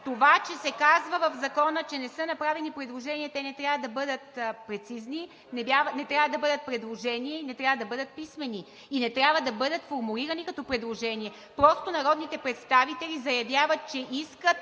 Това, че се казва в Закона да не са направени предложения – те не трябва да бъдат прецизни, не трябва да бъдат предложения и не трябва да бъдат писмени, и не трябва да бъдат формулирани като предложения, просто народните представители заявяват, че искат